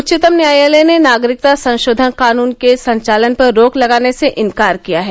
उच्चतम न्यायालय ने नागरिकता संशोधन कानून के संचालन पर रोक लगाने से इंकार किया है